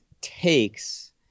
takes